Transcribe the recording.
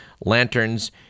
lanterns